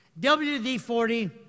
WD-40